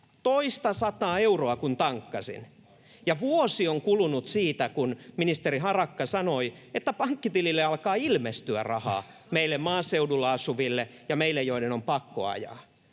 toista sataa euroa, kun tankkasin! Ja vuosi on kulunut siitä, kun ministeri Harakka sanoi, että pankkitilille alkaa ilmestyä rahaa meille maaseudulla asuville [Suna Kymäläisen välihuuto] ja